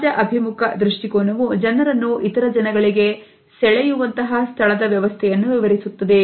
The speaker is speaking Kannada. ಸಮಾಜ ಅಭಿಮುಖ ದೃಷ್ಟಿಕೋನವು ಜನರನ್ನು ಇತರ ಜನಗಳಿಗೆ ಸೆಳೆಯುವಂತಹ ಸ್ಥಳದ ವ್ಯವಸ್ಥೆಯನ್ನು ವಿವರಿಸುತ್ತದೆ